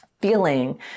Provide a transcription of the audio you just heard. feeling